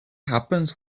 happens